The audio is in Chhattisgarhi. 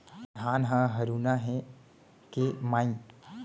ए धान ह हरूना हे के माई?